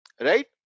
Right